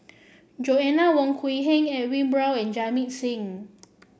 Joanna Wong Quee Heng Edwin Brown and Jamit Singh